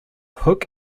hook